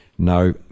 No